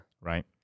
Right